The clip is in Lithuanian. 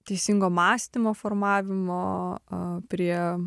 teisingo mąstymo formavimo o prie